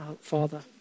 Father